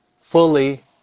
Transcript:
fully